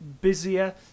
busier